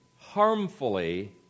harmfully